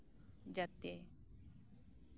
ᱡᱟᱛᱮ